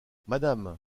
madame